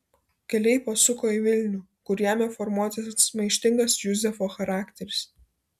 keliai pasuko į vilnių kur ėmė formuotis maištingas juzefo charakteris